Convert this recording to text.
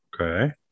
Okay